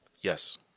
Yes